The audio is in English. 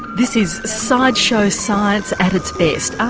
this is sideshow science at its best,